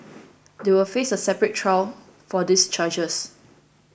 they will face a separate trial for these charges